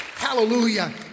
Hallelujah